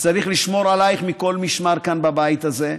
וצריך לשמור עלייך מכל משמר כאן בבית הזה.